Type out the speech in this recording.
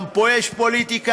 גם פה יש פוליטיקה?